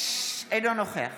אינו נוכח